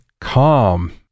calm